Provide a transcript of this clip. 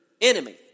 enemy